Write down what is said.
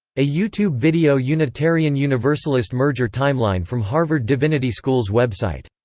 a youtube video unitarian-universalist merger timeline from harvard divinity school's website.